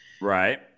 Right